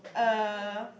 uh